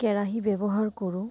কেৰাহী ব্যৱহাৰ কৰোঁ